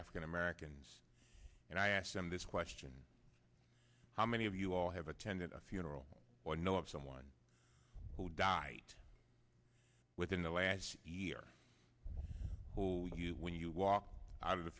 african americans and i asked them this question how many of you all have attended a funeral or know of someone who died within the last year oh you when you walk out of the